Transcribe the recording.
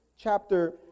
chapter